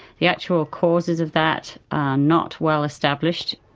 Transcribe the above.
the actual causes of that are not well established,